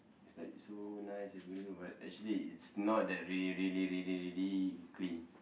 it's like so nice and beautiful but actually it's not that really really really really clean